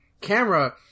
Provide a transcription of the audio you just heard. camera